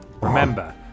Remember